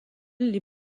les